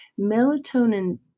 melatonin